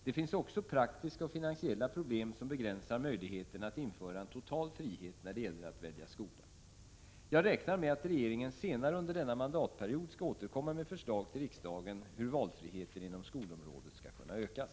Det finns också praktiska och finansiella problem som begränsar möjligheterna att införa en total frihet när det gäller att välja skola. Jag räknar med att regeringen senare under denna mandatperiod skall återkomma med förslag till riksdagen hur valfriheten inom skolområdet skall kunna ökas.